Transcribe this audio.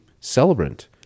celebrant